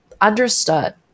Understood